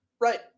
Right